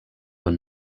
when